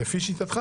לפי שיטתך,